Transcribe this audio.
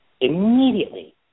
immediately